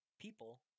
people